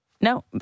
No